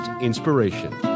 inspiration